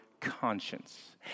conscience